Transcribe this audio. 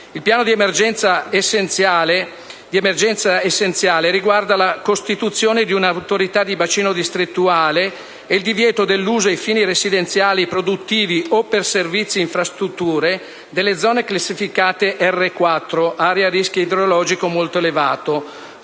Il piano di emergenza essenziale riguarda la costituzione di un'autorità di bacino distrettuale ed il divieto dell'uso ai fini residenziali e produttivi o per servizi e infrastrutture delle zone classificate R4 (area a rischio idrologico molto elevato),